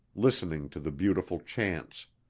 listening to the beautiful chants